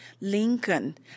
Lincoln